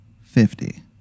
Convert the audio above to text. fifty